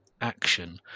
action